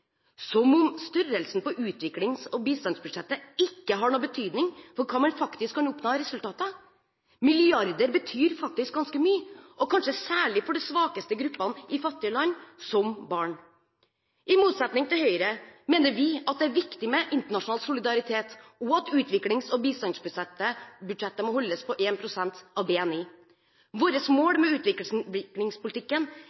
som om størrelsen på utviklings- og bistandsbudsjettet ikke har noen betydning for hva man faktisk kan oppnå av resultater! Milliarder betyr faktisk ganske mye, og kanskje særlig for de svakeste gruppene i fattige land – som barn. I motsetning til Høyre mener vi at det er viktig med internasjonal solidaritet, og at utviklings- og bistandsbudsjettet må holdes på 1 pst. av BNI. Vårt